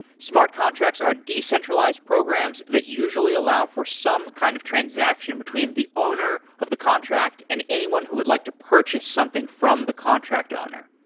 smart contracts are decentralized programs that usually allow for some kind of transaction between the owner of the contract and anyone who would like to purchase something from the contract owner.